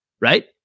right